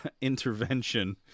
intervention